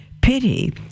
Pity